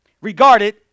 regarded